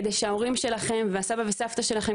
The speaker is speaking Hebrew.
כדי שההורים שלכם והסבא וסבתא שלכם,